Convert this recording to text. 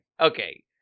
Okay